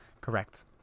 Correct